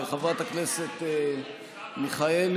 חברת הכנסת מיכאלי,